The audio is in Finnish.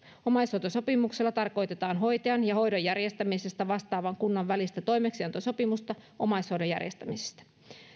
omaishoitosopimuksella tarkoitetaan hoitajan ja hoidon järjestämisestä vastaavan kunnan välistä toimeksiantosopimusta omaishoidon järjestämisestä